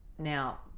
Now